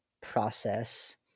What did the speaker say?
process